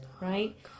Right